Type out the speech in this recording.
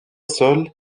sol